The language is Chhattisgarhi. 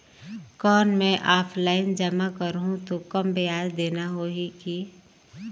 कौन मैं ऑफलाइन जमा करहूं तो कम ब्याज देना होही की?